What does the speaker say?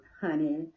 honey